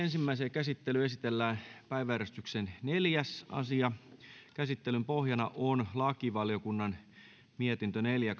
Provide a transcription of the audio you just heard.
ensimmäiseen käsittelyyn esitellään päiväjärjestyksen neljäs asia käsittelyn pohjana on lakivaliokunnan mietintö neljä